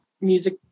music